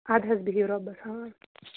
اَدٕ حظ بِہِو رۄبَس حَوال